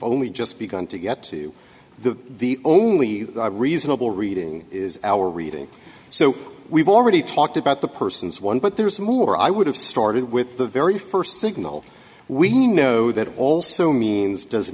only just begun to get to the only reasonable reading is our reading so we've already talked about the persons one but there is more i would have started with the very first signal we know that also means does